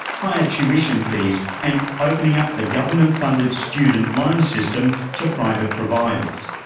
higher tuition fees, and opening up the government-funded student loans system to private providers.